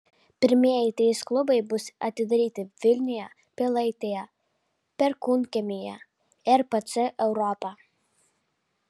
pirmieji trys klubai bus atidaryti vilniuje pilaitėje perkūnkiemyje ir pc europa